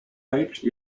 page